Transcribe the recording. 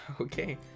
Okay